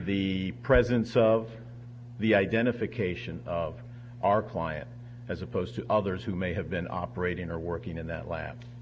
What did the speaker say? the presence of the identification of our client as opposed to others who may have been operating or working in that lab